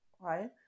Right